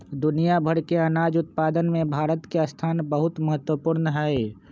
दुनिया भर के अनाज उत्पादन में भारत के स्थान बहुत महत्वपूर्ण हई